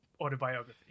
autobiography